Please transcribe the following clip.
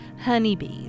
honeybees